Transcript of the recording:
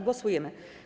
Głosujemy.